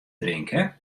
drinke